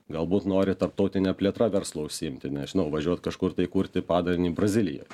galbūt nori tarptautine plėtra verslu užsiimti nežinau važiuot kažkur tai įkurti padalinį brazilijoj